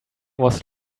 was